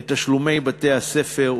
את תשלומי בתי-הספר,